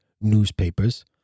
newspapers